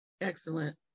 Excellent